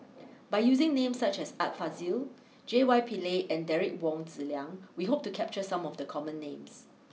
by using names such as Art Fazil J Y Pillay and Derek Wong Zi Liang we hope to capture some of the common names